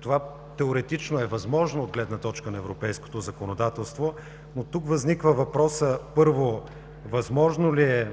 Това теоретично е възможно от гледна точка на европейското законодателство, но тук възниква въпросът: първо, възможно ли е